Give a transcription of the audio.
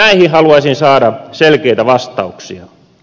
näihin haluaisin saada selkeitä vastauksia